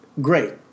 great